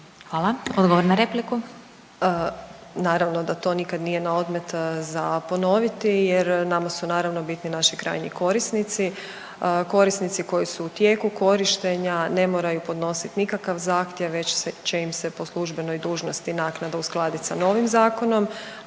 Hvala. Odgovor na repliku.